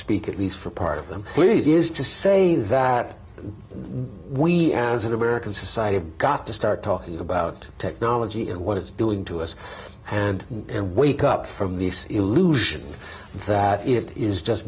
speak at least for part of them please is to say that we as an american society got to start talking about technology and what it's doing to us and wake up from the illusion that it is just